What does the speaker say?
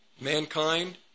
mankind